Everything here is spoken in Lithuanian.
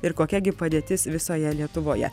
ir kokia gi padėtis visoje lietuvoje